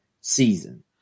season